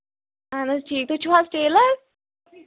اَہن حظ ٹھیٖک تُہۍ چھِو حظ ٹیلَر